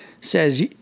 says